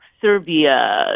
Serbia